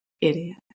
Idiot